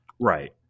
right